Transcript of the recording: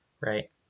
right